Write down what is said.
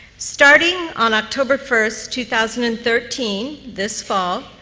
starting on october first, two thousand and thirteen, this fall,